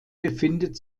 befindet